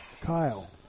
Kyle